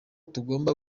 tugomba